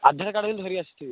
ଆଧାର card ବି ଧରି ଆସିଥିବେ